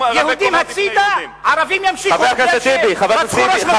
יהודים הצדה וערבים ימשיכו כי רצחו ראש ממשלה?